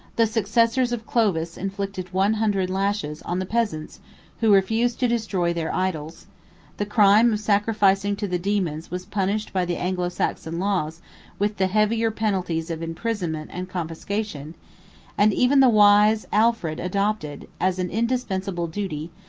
the successors of clovis inflicted one hundred lashes on the peasants who refused to destroy their idols the crime of sacrificing to the demons was punished by the anglo-saxon laws with the heavier penalties of imprisonment and confiscation and even the wise alfred adopted, as an indispensable duty,